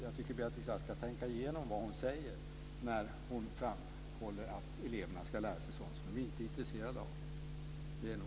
Jag tycker att Beatrice Ask ska tänka igenom vad hon säger när hon framhåller att eleverna ska lära sig sådant som de inte är intresserade av.